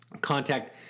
Contact